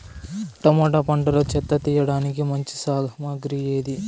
Tomato పంటలో చెత్త తీయడానికి మంచి సామగ్రి ఏది?